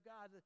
God